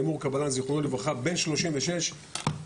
בחור בן שלושים ושש,